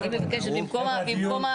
אני מבקשת, במקום.